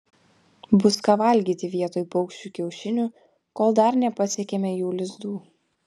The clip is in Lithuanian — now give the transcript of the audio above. bus ką valgyti vietoj paukščių kiaušinių kol dar nepasiekėme jų lizdų